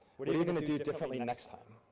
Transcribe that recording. what are you gonna do differently next time?